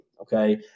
Okay